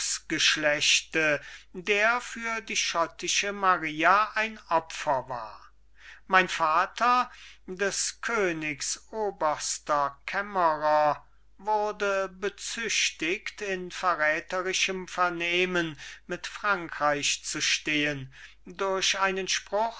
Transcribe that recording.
geschlechte der für die schottische maria ein opfer ward mein vater des königs oberster kämmerer wurde bezichtigt in verrätherischem vernehmen mit frankreich zu stehen durch